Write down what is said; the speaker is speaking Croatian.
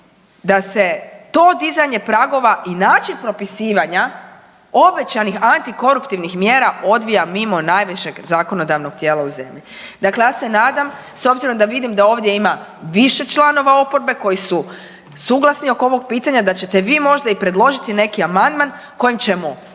da se to dizanje pragova i način propisivanja obećanih antikoruptivnih mjera odvija mimo najvećeg zakonodavnog tijela u zemlji. Dakle, ja se nadam s obzirom da vidim da ovdje ima više članova oporbe koji su suglasni oko ovog pitanja da ćete vi možda i predložiti neki amandman kojim ćemo